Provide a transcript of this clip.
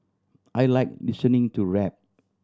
I like listening to rap